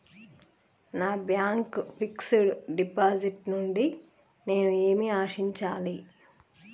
నా bank fixed deposit నుండి నేను ఏమి ఆశించాలి?